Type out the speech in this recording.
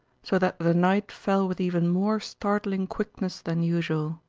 so that the night fell with even more startling quickness than usual.